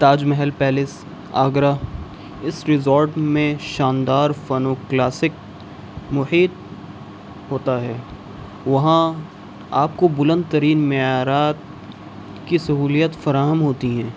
تاج Mahal palace Agra اس resort میں شاندار فن و کلاسک محیط ہوتا ہے وہاں آپ کو بلند ترین معیارات کی سہولیت فراہم ہوتی ہیں